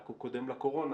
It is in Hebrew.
רק הוא קודם לקורונה,